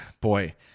Boy